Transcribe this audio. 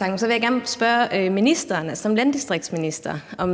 jeg gerne spørge ministeren som landdistriktsminister, om